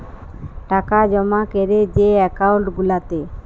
টাকা জমা ক্যরে যে একাউল্ট গুলাতে